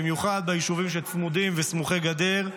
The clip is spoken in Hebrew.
במיוחד ביישובים שצמודים וסמוכי גדר,